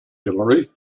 hillary